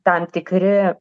tam tikri